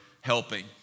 helping